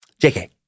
JK